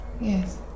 Yes